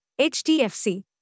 HTFC